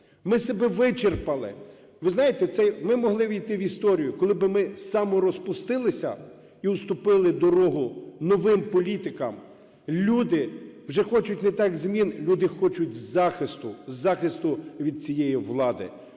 Ми себе вичерпали. Ви знаєте, ми могли увійти в історію, коли би ми саморозпустилися і уступили дорогу новим політикам. Люди вже хочуть не так змін, люди хочуть захисту, захисту від цієї влади.